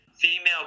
female